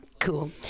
cool